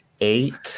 Eight